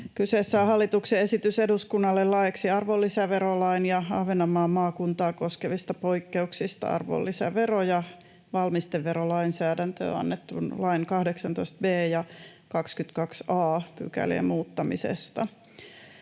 Kyseessä on hallituksen esitys eduskunnalle laeiksi arvonlisäverolain ja Ahvenanmaan maakuntaa koskevista poikkeuksista arvonlisävero- ja valmisteverolainsäädäntöön annetun lain 18 b ja 22 a §:ien muuttamisesta.